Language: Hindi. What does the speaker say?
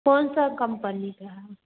कौन सब कंपनी का है